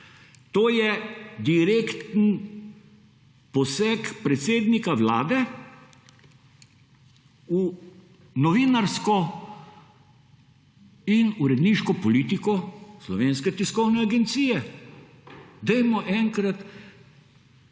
To je direktni poseg predsednika Vlade v novinarsko in uredniško politiko Slovenske tiskovne agencije.